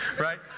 right